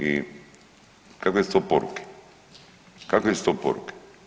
I kakve su to poruke, kakve su to poruke?